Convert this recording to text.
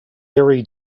very